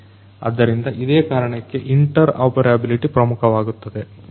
ಆದ್ದರಿಂದ ಇದೇ ಕಾರಣಕ್ಕಾಗಿ ಇಂಟರ್ ಆಪರೆಬಲಿಟಿ ಪ್ರಮುಖವಾಗುತ್ತದೆ